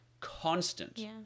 Constant